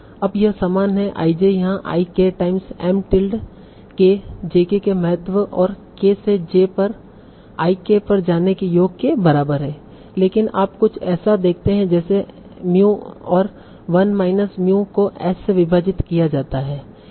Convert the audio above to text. अब यह समान है i j यहाँ i k times M tilde k j k के महत्व और k से j पर i k पर जाने के योग के बराबर है लेकिन आप कुछ ऐसा देखते हैं जैसे mu और 1 minus mu को S से विभाजित किया जाता है